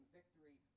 victory